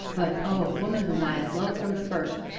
but oh, woman whom i have loved from the first,